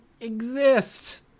exist